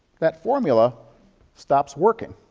that formula stops working.